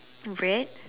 red